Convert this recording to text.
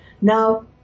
Now